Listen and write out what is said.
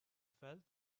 felt